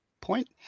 point